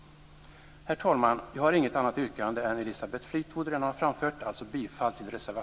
Herr talman! Jag har inget annat yrkande än det som Elisabeth Fleetwood redan har framfört, dvs.